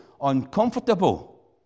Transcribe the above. uncomfortable